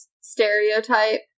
stereotype